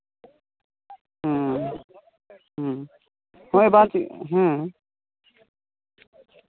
ᱦᱮᱸ ᱦᱚᱸᱜᱼᱚᱭ ᱵᱟᱨ ᱦᱮᱸ